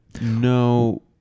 no